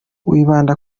wibanda